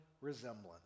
resemblance